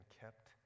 kept